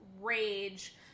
rage